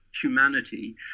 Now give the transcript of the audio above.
humanity